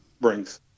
brings